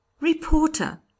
Reporter